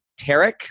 Tarek